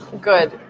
Good